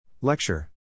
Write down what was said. Lecture